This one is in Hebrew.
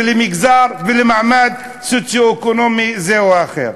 למגזר ולמעמד סוציו-אקונומי זה או אחר.